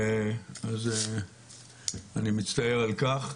אז אני מצטער על כך.